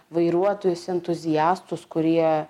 vairuotojus entuziastus kurie